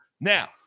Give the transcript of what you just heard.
now